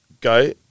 Go